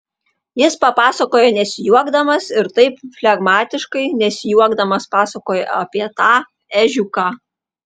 jis pasakojo nesijuokdamas ir taip flegmatiškai nesijuokdamas pasakojo apie tą ežiuką